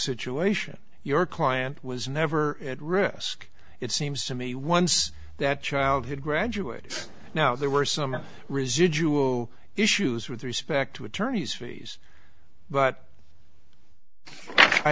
situation your client was never at risk it seems to me once that child had graduated now there were some residual issues with respect to attorney's fees but by